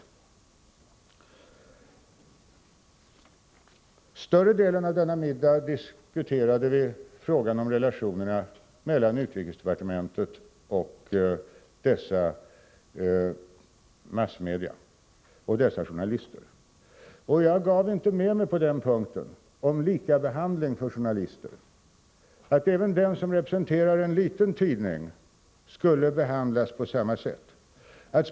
Under större delen av denna middag diskuterade vi frågan om relationerna mellan utrikesdepartementet och dessa massmedia med dess journalister. Jag gav inte med mig i frågan om likabehandling av journalister, dvs. att även den som representerar en liten tidning skall behandlas på samma sätt.